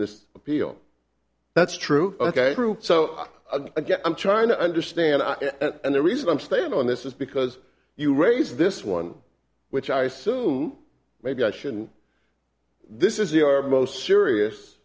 this appeal that's true ok so again i'm trying to understand and the reason i'm staying on this is because you raised this one which i assume maybe i should and this is the most serious